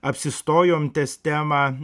apsistojom ties tema